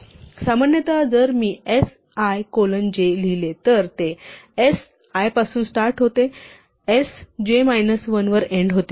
सामान्यतः जर मी s i colon j लिहिले तर ते s i पासून स्टार्ट होते आणि s j मायनस 1 वर एन्ड होते